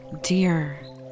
dear